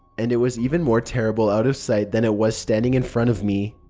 and it was even more terrible out of sight than it was standing in front of me.